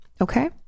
Okay